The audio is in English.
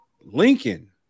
Lincoln